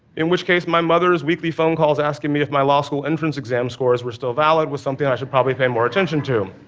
in which case, my mother's weekly phone calls, asking me if my law school entrance exam scores were still valid was something i should probably pay more attention to.